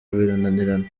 birananirana